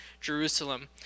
Jerusalem